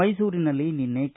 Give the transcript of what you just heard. ಮೈಸೂರಿನಲ್ಲಿ ನಿನ್ನೆ ಕೆ